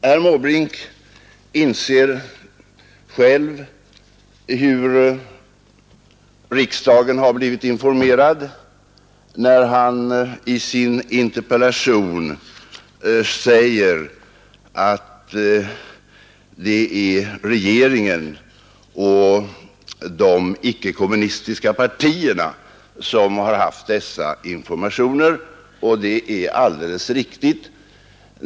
Herr Måbrink inser själv hur riksdagen har blivit informerad. I sin interpellation säger han att det är regeringen och de icke-kommunistiska partierna som har haft dessa informationer, och det är alldeles riktigt.